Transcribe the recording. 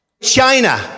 China